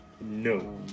No